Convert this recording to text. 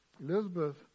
Elizabeth